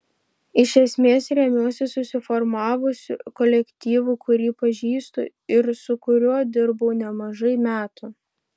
iš esmės remiuosi susiformavusiu kolektyvu kurį pažįstu ir su kuriuo dirbau nemažai metų